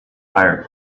pirate